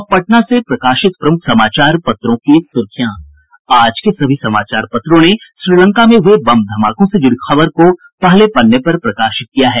अब पटना से प्रकाशित प्रमुख समाचार पत्रों की सुर्खियां आज के सभी समाचार पत्रों ने श्रीलंका में हुये बम धमाकों से जुड़ी खबर को पहले पन्ने पर प्रकाशित किया है